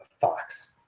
fox